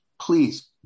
Please